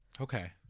Okay